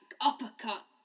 uppercut